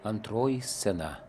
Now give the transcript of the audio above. antroji scena